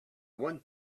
want